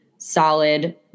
solid